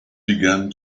began